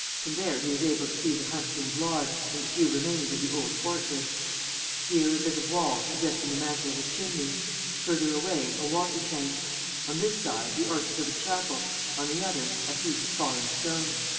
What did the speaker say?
from there he was able to see the huntsman's lodge and the few remains of the old fortress here, a bit of wall, suggesting the mantel of a chimney further away, a water-tank on this side, the arches of a chapel on the other, a heap of fallen stones.